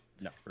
no